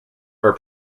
are